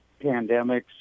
pandemics